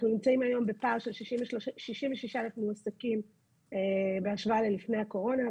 אנחנו נמצאים היום בפער של 66,000 מועסקים בהשוואה לפני הקורונה.